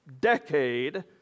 decade